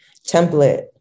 template